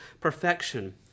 perfection